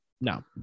No